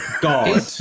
God